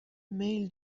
میل